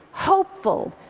hopeful,